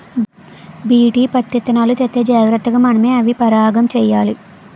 BT పత్తిత్తనాలు తెత్తే జాగ్రతగా మనమే అవి పరాగం చెయ్యాలి